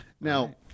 Now